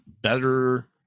better